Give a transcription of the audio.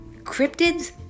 cryptids